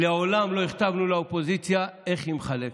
מעולם לא הכתבנו לאופוזיציה איך היא מחלקת.